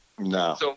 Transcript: No